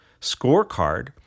scorecard